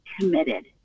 committed